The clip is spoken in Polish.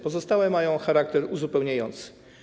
Pozostałe mają charakter uzupełniający.